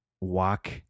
walk